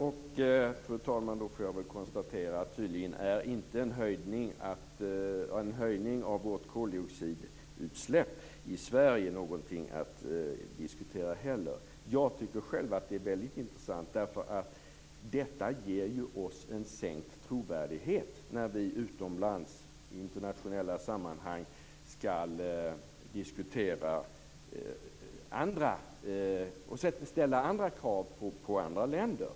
Fru talman! Då får jag konstatera att en höjning av koldioxidutsläppet i Sverige tydligen inte heller är någonting att diskutera. Jag tycker själv att det är väldigt intressant. Detta ger oss en sänkt trovärdighet när vi utomlands i internationella sammanhang skall ställa krav på andra länder.